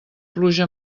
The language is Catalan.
pluja